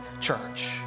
church